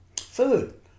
Food